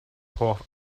hoff